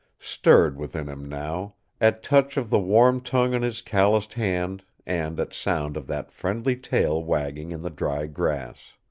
stirred within him now at touch of the warm tongue on his calloused hand and at sound of that friendly tail wagging in the dry grass.